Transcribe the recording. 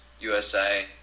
USA